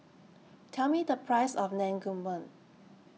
Tell Me The Price of Naengmyeon